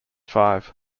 five